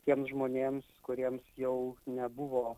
tiems žmonėms kuriems jau nebuvo